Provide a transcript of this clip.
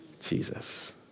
Jesus